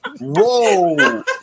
Whoa